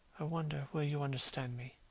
i wonder will you understand me